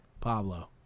Pablo